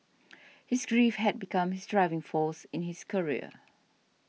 his grief had become his driving force in his career